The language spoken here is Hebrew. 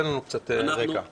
אנחנו